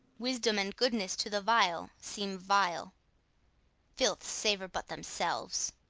wisdom and goodness to the vile seem vile filths savour but themselves.